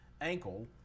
ankle